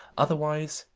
otherwise.